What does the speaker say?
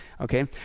okay